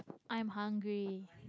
I'm hungry